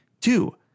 Two